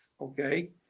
okay